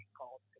called